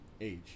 Age